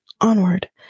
onward